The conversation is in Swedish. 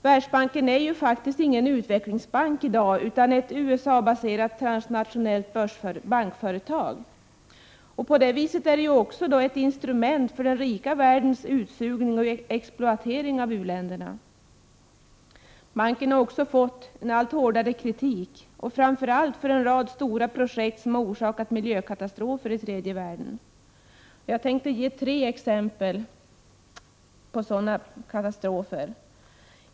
Världsbanken är i dag ingen utvecklingsbank, utan ett USA-baserat transnationellt bankföretag. Därigenom är banken också ett instrument för den rika världens utsugning och exploatering av u-länderna. Banken har utsatts för allt hårdare kritik, framför allt för en rad stora projekt som orsakat miljökatastrofer i tredje världen. Jag tänkte ge några exempel på sådana katastrofer.